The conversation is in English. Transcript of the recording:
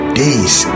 days